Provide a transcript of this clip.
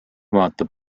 vaata